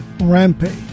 Rampage